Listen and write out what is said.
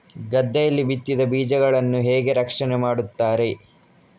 ಗದ್ದೆಯಲ್ಲಿ ಬಿತ್ತಿದ ಬೀಜಗಳನ್ನು ಹೇಗೆ ರಕ್ಷಣೆ ಮಾಡುತ್ತಾರೆ?